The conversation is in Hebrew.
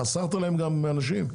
חסרת להם גם אנשים,